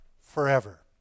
forever